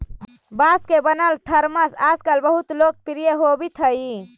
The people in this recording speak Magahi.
बाँस से बनल थरमस आजकल बहुत लोकप्रिय होवित हई